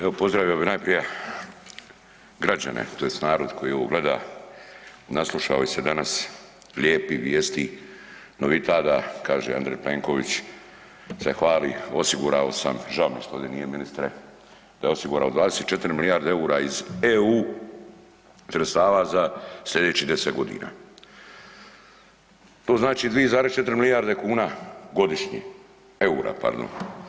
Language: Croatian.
Evo pozdravio bi najprije građane tj. narod koji ovo gleda, naslušao se danas lijepih vijesti …/nerazumljivo/… kaže Andrej Plenković se hvali osigurao sam, žao mi je što ovdje nije ministre, da je osigurao 24 milijarde EUR-a iz EU sredstava za slijedećih 10 godina, to znači 2,4 milijarde kuna godišnje EUR-a pardon.